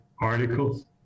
articles